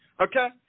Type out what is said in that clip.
Okay